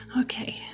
Okay